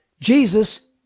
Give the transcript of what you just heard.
Jesus